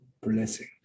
blessing